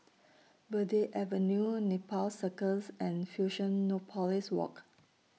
Verde Avenue Nepal Circus and Fusionopolis Walk